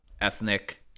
ethnic